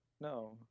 No